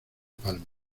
palma